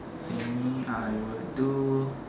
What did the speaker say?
silly I would do